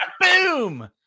Boom